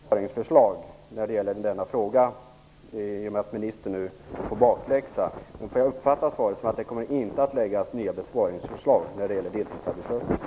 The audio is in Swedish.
Fru talman! Jag frågade om det kommer att läggas fram ett nytt besparingsförslag eftersom ministern får bakläxa i den här frågan. Kan jag uppfatta svaret så att det inte kommer att läggas fram nya besparingsförslag när det gäller de deltidsarbetslösa?